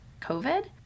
COVID